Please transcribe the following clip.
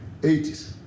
80s